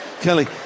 Kelly